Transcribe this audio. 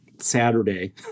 Saturday